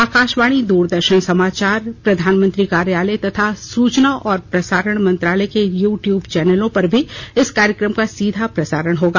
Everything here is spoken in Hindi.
आकाशवाणी दूरदर्शन समाचार प्रधानमंत्री कार्यालय तथा सूचना और प्रसारण मंत्रालय के यू ट्यूब चैनलों पर भी इस कार्यक्रम का सीधा प्रसारण होगा